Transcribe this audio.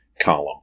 column